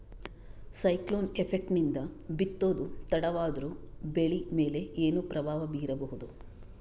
Cyclone effect ನಿಂದ ಬಿತ್ತೋದು ತಡವಾದರೂ ಬೆಳಿ ಮೇಲೆ ಏನು ಪ್ರಭಾವ ಬೀರಬಹುದು?